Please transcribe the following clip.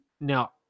Now